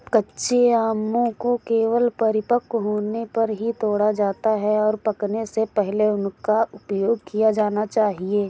कच्चे आमों को केवल परिपक्व होने पर ही तोड़ा जाता है, और पकने से पहले उनका उपयोग किया जाना चाहिए